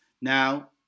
Now